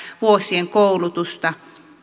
vuosien koulutusta